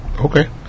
Okay